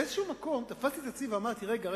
באיזשהו מקום תפסתי את עצמי ואמרתי: רגע,